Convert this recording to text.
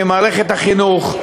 ממערכת החינוך,